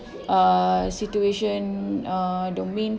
uh situation uh the main